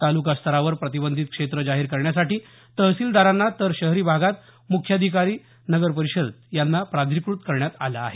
तालुकास्तरावर प्रतिबंधित क्षेत्र जाहीर करण्यासाठी तहसिलदारांना तर शहरी भागात मुख्याधिकारी नगर परिषद यांना प्राधिक्रत करण्यात आलेल आहे